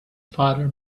father